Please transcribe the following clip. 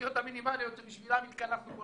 התשתיות המינימליות שבשבילן התכנסנו פה,